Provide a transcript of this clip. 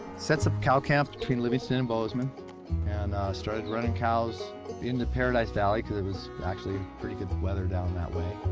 sets up cow camp up between livingston and bozeman and started running cows into paradise valley cause it was actually a pretty good weather down that way.